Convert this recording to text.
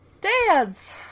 dads